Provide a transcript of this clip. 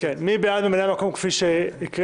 מי בעד ממלאי המקום כפי שהקראתי?